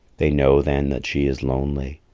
they know then that she is lonely,